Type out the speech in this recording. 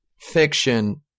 fiction